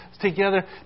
together